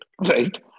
Right